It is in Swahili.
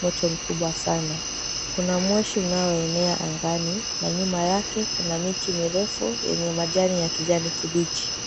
moto mkubwa sana. Kuna moshi unaoenea angani na nyuma yake kuna miti mirefu yenye majani ya kijani kibichi.